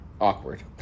Awkward